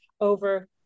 over